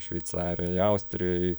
šveicarijoj austrijoj